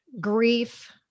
grief